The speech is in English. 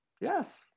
yes